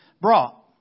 brought